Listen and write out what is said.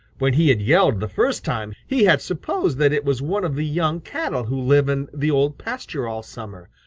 when he had yelled the first time, he had supposed that it was one of the young cattle who live in the old pasture all summer,